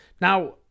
Now